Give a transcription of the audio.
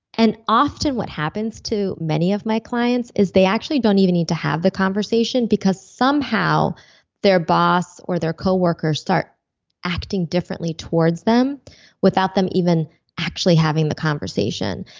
and often what happens to many of my clients is they actually don't even need to have the conversation because somehow their boss or their coworkers start acting differently towards them without them even actually having the conversation.